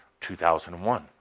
2001